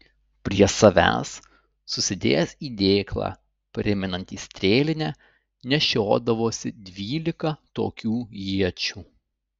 prie savęs susidėjęs į dėklą primenantį strėlinę nešiodavosi dvylika tokių iečių